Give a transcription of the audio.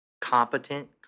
competent